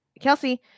Kelsey